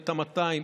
את ה-200,